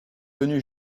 venu